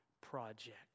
project